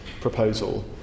proposal